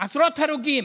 עשרות הרוגים?